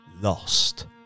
lost